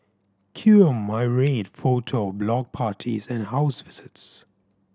cue a myriad photo of block parties and house visits